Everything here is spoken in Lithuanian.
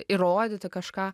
įrodyti kažką